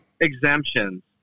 exemptions